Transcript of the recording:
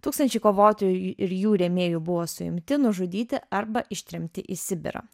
tūkstančiai kovotojų ir jų rėmėjų buvo suimti nužudyti arba ištremti į sibirą